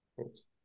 Oops